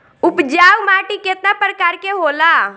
उपजाऊ माटी केतना प्रकार के होला?